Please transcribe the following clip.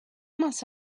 más